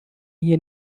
hier